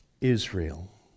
Israel